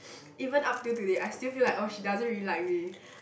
even up till today I still feel like oh she doesn't really like me